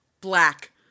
Black